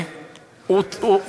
לפני